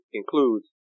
includes